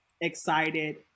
excited